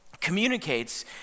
communicates